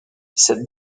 cette